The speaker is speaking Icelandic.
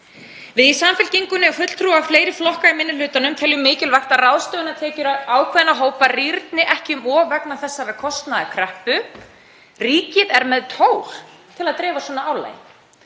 Við í Samfylkingunni og fulltrúar fleiri flokka í minni hlutanum teljum mikilvægt að ráðstöfunartekjur ákveðinna hópa rýrni ekki um of vegna þessarar kostnaðarkreppu. Ríkið er með tól til að dreifa svona álagi.